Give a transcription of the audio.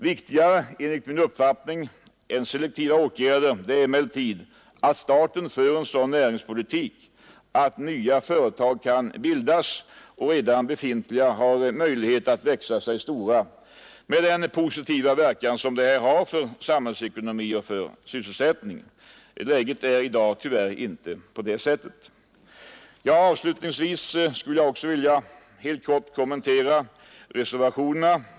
Viktigare än selektiva åtgärder är emellertid att staten för en sådan näringspolitik att nya företag kan bildas och att redan befintliga företag har möjlighet att växa sig stora med den positiva verkan detta har för samhällsekonomi och sysselsättning. Läget är i dag tyvärr inte sådant. Avslutningsvis skulle jag också helt kort vilja kommentera reservationerna.